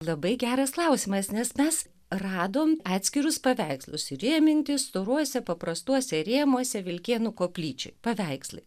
labai geras klausimas nes mes radom atskirus paveikslus įrėminti storuose paprastuose rėmuose vilkėnų koplyčioj paveikslai